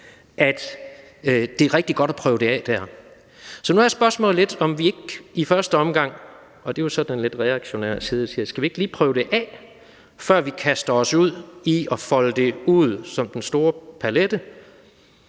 at det er rigtig godt at prøve det af der. Så nu er spørgsmålet lidt, om vi ikke i første omgang – og det er jo så lidt den reaktionære stemme, der taler – lige skal prøve det af, før vi kaster os ud i at folde det ud på den store palet,